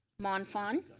man phan.